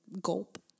gulp